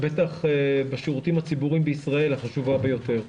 בטח בשירותים הציבוריים בישראל החשובה ביותר.